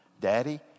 Daddy